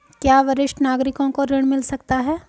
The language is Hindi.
क्या वरिष्ठ नागरिकों को ऋण मिल सकता है?